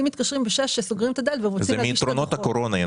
ינון, זה מיתרונות הקורונה.